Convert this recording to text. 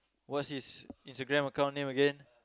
what's his Instagram account name again